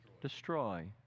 destroy